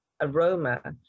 aroma